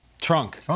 Trunk